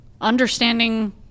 understanding